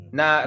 na